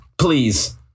please